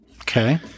Okay